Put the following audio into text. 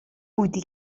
بودی